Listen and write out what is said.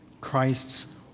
Christ's